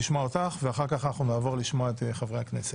לשמוע אותך ואחר כך נעבור לשמוע את חברי הכנסת.